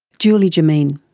julie jomeen.